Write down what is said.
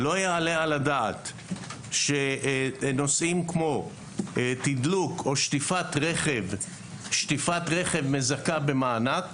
לא יעלה על הדעת שנושאים כמו תדלוק או שטיפת רכב מזכים במענק,